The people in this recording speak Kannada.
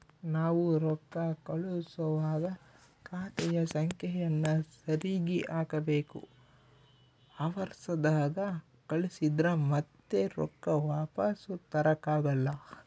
ನಾವು ರೊಕ್ಕ ಕಳುಸುವಾಗ ಖಾತೆಯ ಸಂಖ್ಯೆಯನ್ನ ಸರಿಗಿ ಹಾಕಬೇಕು, ಅವರ್ಸದಾಗ ಕಳಿಸಿದ್ರ ಮತ್ತೆ ರೊಕ್ಕ ವಾಪಸ್ಸು ತರಕಾಗಲ್ಲ